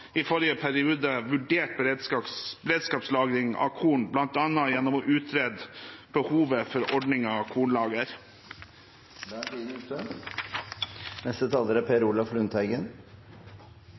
beredskapslagring av korn, bl.a. gjennom å utrede behovet for en ordning med kornlager.